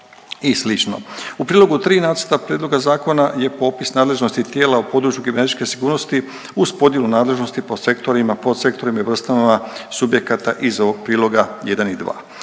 U prijedlogu 3. Nacrta prijedloga zakona je popis nadležnosti tijela u području kibernetičke sigurnosti uz podjelu nadležnosti po sektorima, po sektorima i vrstama subjekata iz ovog priloga 1. i 2.